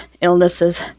illnesses